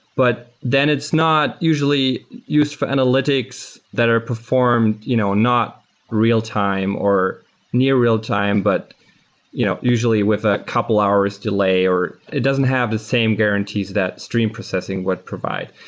but then it's not usually used for analytics that are performed you know not real-time or near real-time, but you know usually with a couple of hours delay or it doesn't have the same guarantees that stream processing would provide.